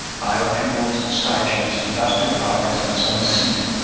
biofuels, starches, industrial products and some seed.